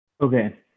Okay